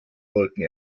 wolken